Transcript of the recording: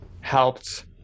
helped